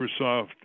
Microsoft